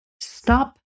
stop